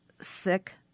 sick